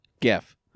Gif